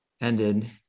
ended